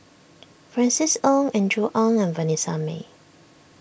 Francis Ng Andrew Ang and Vanessa Mae